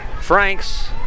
Franks